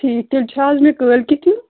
ٹھیٖک تیٚلہِ چھا حظ مےٚ کٲلۍ کٮ۪تھ یُن